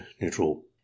neutral